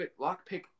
lockpick